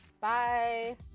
Bye